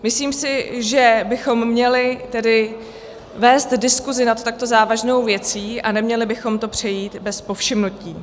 Myslím si, že bychom měli tedy vést diskuzi nad takto závažnou věcí a neměli bychom to přejít bez povšimnutí.